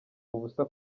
ubusa